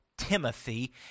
Timothy